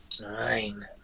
Nine